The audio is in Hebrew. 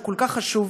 שהוא כל כך חשוב,